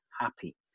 happy